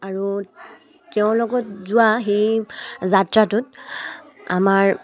আৰু তেওঁৰ লগত যোৱা সেই যাত্ৰাটোত আমাৰ